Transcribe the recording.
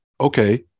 okay